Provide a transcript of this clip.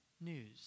news